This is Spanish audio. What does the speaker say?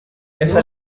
esa